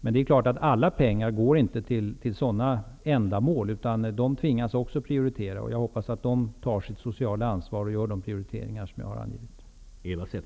Men det är klart att inte alla pengar går till sådana ändamål, eftersom också studieförbunden tvingas att prioritera. Jag hoppas att studieförbunden tar sitt sociala ansvar och gör de prioriteringar som jag har angivit.